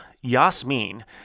Yasmin